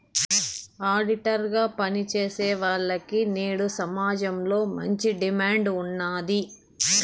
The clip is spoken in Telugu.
ఆడిటర్ గా పని చేసేవాల్లకి నేడు సమాజంలో మంచి డిమాండ్ ఉన్నాది